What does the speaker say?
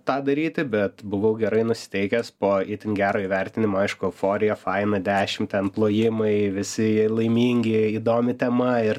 tą daryti bet buvau gerai nusiteikęs po itin gero įvertinimo aišku euforija faina dešimt ten plojimai visi laimingi įdomi tema ir